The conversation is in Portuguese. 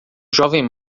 jovem